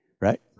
Right